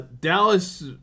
Dallas